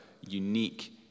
unique